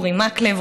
אורי מקלב,